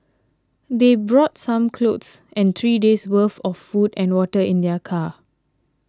they brought some clothes and three days' worth of food and water in their car